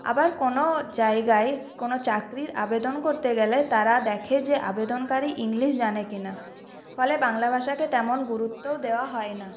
আবার কোনও জায়গায় কোনও চাকরির আবেদন করতে গেলে তারা দেখে যে আবেদনকারী ইংলিশ জানে কিনা ফলে বাংলা ভাষাকে তেমন গুরুত্বও দেওয়া হয় না